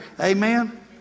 Amen